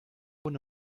ohne